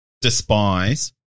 despise